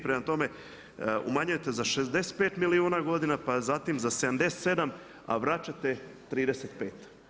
Prema tome, umanjujete za 65 milijuna godina, pa zatim za 77, a vraćate 35.